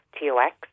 T-O-X